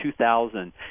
2000